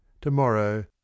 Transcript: Tomorrow